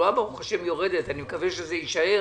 כשהתחלואה ברוך השם יורדת אני מקווה שזה יישאר